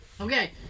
okay